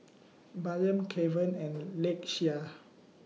Bynum Kevan and Lakeshia